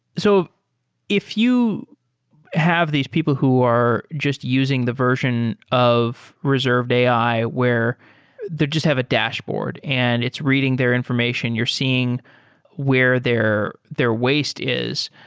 so if you have these people who are just using the version of reserved ai where they just have a dashboard and it's reading their information. you're seeing where their their waste is.